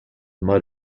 mud